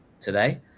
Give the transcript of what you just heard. today